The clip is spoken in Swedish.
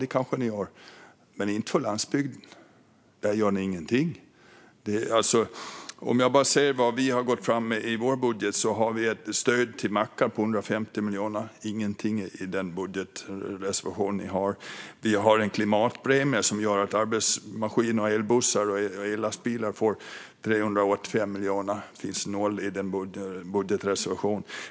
Det kanske ni gör, men inte för landsbygden. Där gör ni ingenting. Jag kan säga vad vi har gått fram med i vår budget. Vi har ett stöd på 150 miljoner till mackar, men där finns ingenting i er budgetreservation. Vi har en klimatpremie som gör att arbetsmaskiner, elbussar och ellastbilar får 385 miljoner, men de får noll i er budgetreservation.